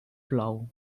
plou